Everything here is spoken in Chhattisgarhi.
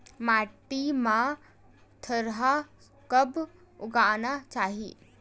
माटी मा थरहा कब उगाना चाहिए?